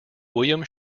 william